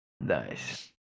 Nice